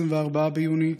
24 ביוני,